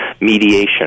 mediation